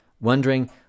Wondering